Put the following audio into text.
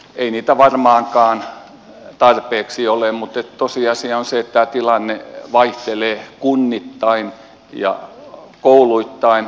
ei niitä varmaankaan tarpeeksi ole mutta tosiasia on se että tämä tilanne vaihtelee kunnittain ja kouluittain